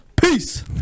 Peace